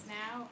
now